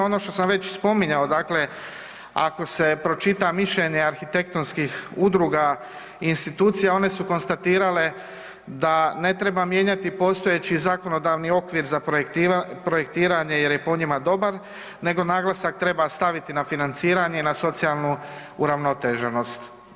Ono što sam već spominjao, dakle ako se pročita mišljenje arhitektonskih udruga i institucija, su konstatirale da ne treba mijenjati postojeći zakonodavni okvir za projektiranje jer je po njima dobar nego naglasak treba staviti na financiranje i na socijalnu uravnoteženost.